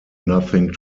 nothing